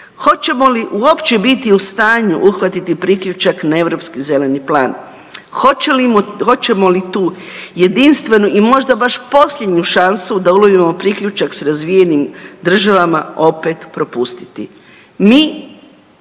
Hoćemo li uopće biti u stanju uhvatiti priključak na Europski zeleni plan? Hoće li mu, hoćemo li tu jedinstvenu i i možda baš posljednju šansu da ulovimo priključak s razvijenim državama opet propustiti.